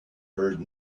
heard